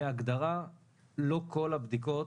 בהגדרה לא כל הבדיקות